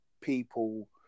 people